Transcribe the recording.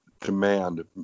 demand